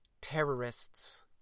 terrorists